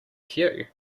cue